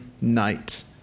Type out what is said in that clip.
night